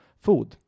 Food